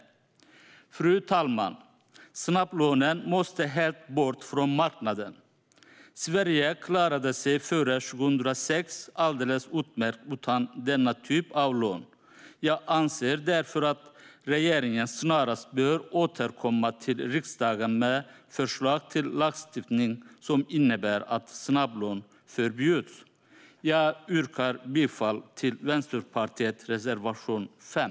Fru talman! Snabblånen måste bort helt från marknaden. Sverige klarade sig alldeles utmärkt före 2006 utan denna typ av lån. Jag anser därför att regeringen snarast bör återkomma till riksdagen med förslag till lagstiftning som innebär att snabblån förbjuds. Jag yrkar bifall till Vänsterpartiets reservation 5.